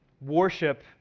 worship